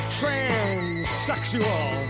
transsexual